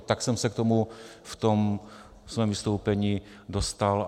Tak jsem se k tomu v tom svém vystoupení dostal.